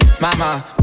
mama